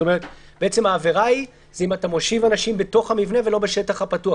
בעצם העבירה היא שאם אתה מושיב אנשים בתוך המבנה ולא בשטח הפתוח.